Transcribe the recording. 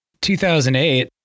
2008